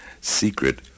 secret